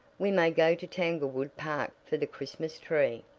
we may go to tanglewood park for the christmas tree.